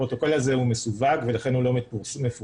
הפרוטוקול הזה הוא מסווג ולכן הוא לא מפורסם,